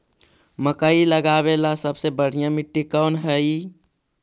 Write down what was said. मकई लगावेला सबसे बढ़िया मिट्टी कौन हैइ?